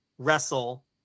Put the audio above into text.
wrestle